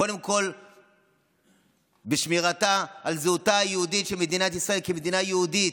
וקודם כול בשמירת זהותה היהודית של מדינת ישראל כמדינה יהודית,